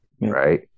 right